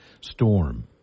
storm